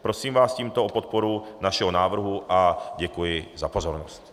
Prosím vás tímto o podporu našeho návrhu a děkuji za pozornost.